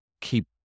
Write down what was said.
keep